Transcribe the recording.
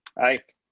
aye.